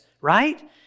right